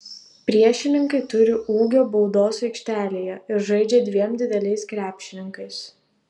priešininkai turi ūgio baudos aikštelėje ir žaidžia dviem dideliais krepšininkais